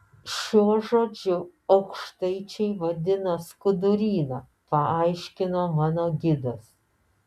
šiuo žodžiu aukštaičiai vadina skuduryną paaiškino mano gidas